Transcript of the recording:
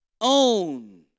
own